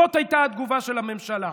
זאת הייתה התגובה של הממשלה.